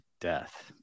death